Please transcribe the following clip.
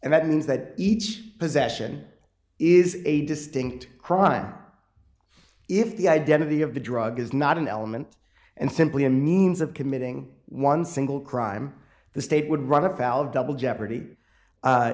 and that means that each possession is a distinct crime if the identity of the drug is not an element and simply a means of committing one single crime the state would run afoul of double jeopardy